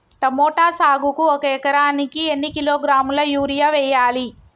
Tomato సాగుకు ఒక ఎకరానికి ఎన్ని కిలోగ్రాముల యూరియా వెయ్యాలి?